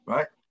Right